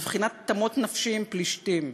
בבחינת "תמות נפשי עם פלשתים",